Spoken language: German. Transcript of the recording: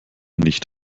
nicht